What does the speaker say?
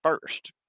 first